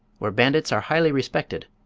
where bandits are highly respected,